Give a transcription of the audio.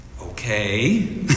Okay